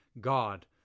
God